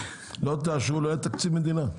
לא תאשרו לא יהיה תקציב מדינה,